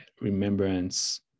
remembrance